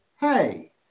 hey